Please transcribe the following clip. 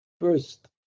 First